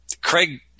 Craig